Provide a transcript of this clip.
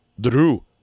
Drew